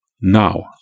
now